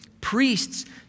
priests